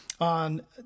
on